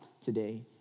today